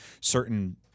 certain